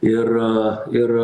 ir ir